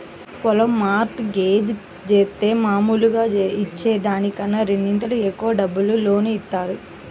పొలం mortgage జేత్తే మాములుగా ఇచ్చే దానికన్నా రెండింతలు ఎక్కువ డబ్బులు లోను ఇత్తారు